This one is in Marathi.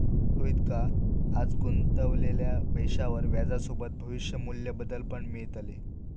रोहितका आज गुंतवलेल्या पैशावर व्याजसोबत भविष्य मू्ल्य बदल पण मिळतले